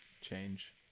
change